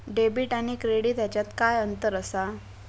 Debit आणि credit ह्याच्यात काय अंतर असा?